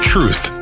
Truth